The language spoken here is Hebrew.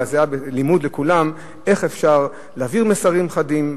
אלא זה היה לימוד לכולם איך אפשר להעביר מסרים חדים,